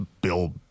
Bill